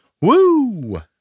Woo